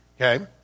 Okay